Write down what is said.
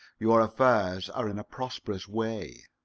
your affairs are in a prosperous way.